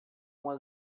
uma